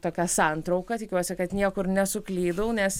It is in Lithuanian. tokia santrauka tikiuosi kad niekur nesuklydau nes